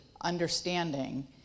understanding